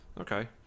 Okay